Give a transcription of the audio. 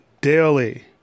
daily